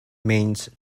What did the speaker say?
means